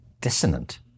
dissonant